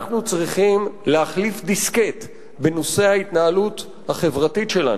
אנחנו צריכים להחליף דיסקט בנושא ההתייעלות החברתית שלנו,